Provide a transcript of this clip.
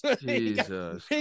Jesus